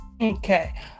Okay